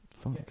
Fuck